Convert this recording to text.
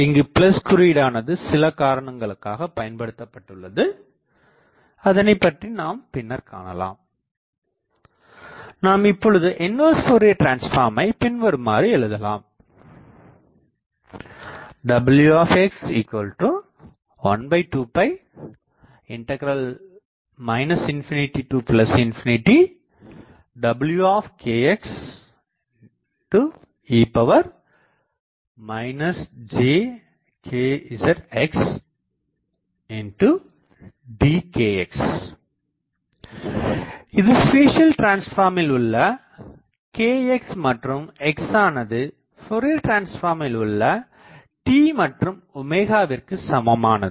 இங்கு குறீயீடானது சிலகாரணங்களுக்காகப் பயன்படுத்தப்பட்டுள்ளது அதனைப்பற்றி நாம் பின்னர்க் காணலாம் நாம் இப்பொழுது இன்வெர்ஸ் ஃபோரியர் டிரான்ஸ்பார்மை பின்வருமாறு எழுதலாம் w12 ∞∞ W e jkxx dkx இங்கு ஸ்பேசியல் டிரான்ஸ்பார்மில் உள்ள kx மற்றும் x ஆனது ஃபோரியர் டிரான்ஸ்பார்மில் உள்ள t மற்றும் விற்குச் சமமானது